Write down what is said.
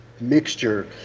mixture